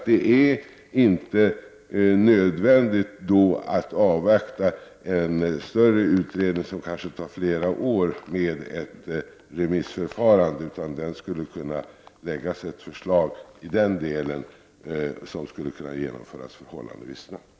Det är då inte nödvändigt att avvakta en större utredning, som kanske tar flera år med ett remissförfarande, utan det skulle kunna läggas fram ett förslag i den delen som kunde genomföras förhållandevis snabbt.